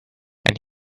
and